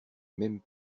même